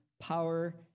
power